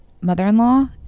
mother-in-law